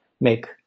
make